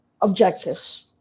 objectives